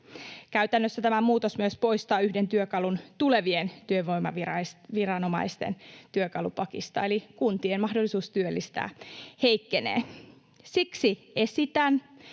Käytännössä tämä muutos myös poistaa yhden työkalun tulevien työvoimaviranomaisten työkalupakista, eli kuntien mahdollisuus työllistää heikkenee. Siksi esitän